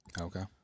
Okay